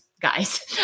guys